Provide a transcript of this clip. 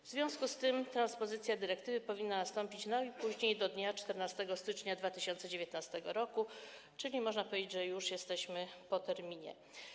W związku z tym transpozycja dyrektywy powinna nastąpić najpóźniej do dnia 4 stycznia 2019 r., czyli można powiedzieć, że już jesteśmy po terminie.